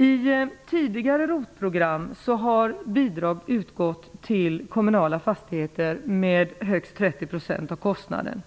I tidigare ROT-program har bidrag utgått till kommunala fastigheter med högst 30 % av kostnaden.